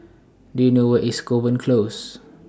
Do YOU know Where IS Kovan Close